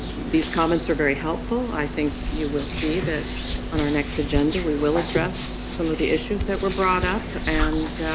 these comments are very helpful. i think you will see that on our next agenda, we will address some of the issues that were brought up. and